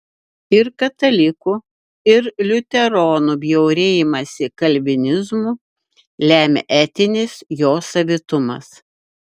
ir katalikų ir liuteronų bjaurėjimąsi kalvinizmu lemia etinis jo savitumas